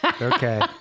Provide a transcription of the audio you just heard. Okay